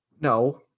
No